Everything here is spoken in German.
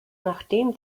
nachdem